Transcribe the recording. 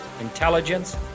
intelligence